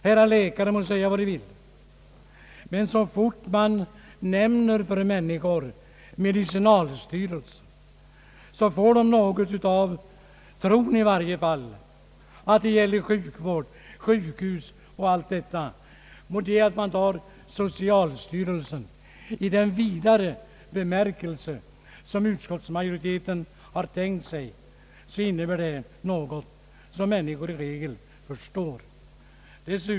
Herrar läkare må säga vad de vili, men så fort man nämner för människor ordet medicinalstyrelsen, så tror de att det gäller sjukvård, sjukhus m.m. Om man däremot tar namnet socialstyrelsen i den vidare bemärkelse, som utskottsmajoriteten har tänkt sig, så innebär det något som människor i regel förstår.